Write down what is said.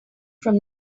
from